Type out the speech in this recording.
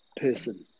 person